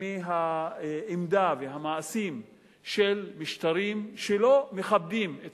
מהעמדה והמעשים של משטרים שלא מכבדים את